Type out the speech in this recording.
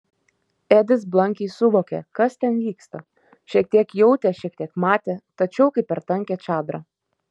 edis blankiai suvokė kas ten vyksta šiek tiek jautė šiek tiek matė tačiau kaip per tankią čadrą